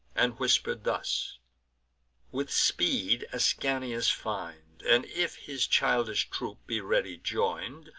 and whisper'd thus with speed ascanius find and, if his childish troop be ready join'd,